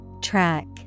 Track